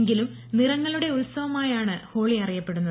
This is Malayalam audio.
എങ്കിലും നിറങ്ങളുടെ ഉത്സവമായാണ് ഹോളി അറിയപ്പെടുന്നത്